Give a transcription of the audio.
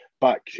back